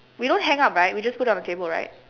we don't hang up right we just put it on the table right